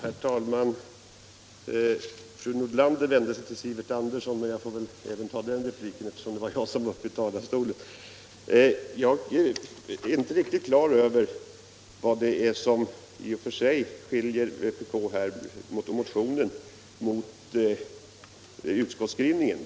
Nr 24 Herr talman! Jag är inte riktigt på det klara med vad det är som skiljer vpk-motionen från utskottets skrivning.